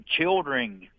children